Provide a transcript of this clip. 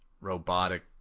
robotic